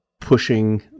pushing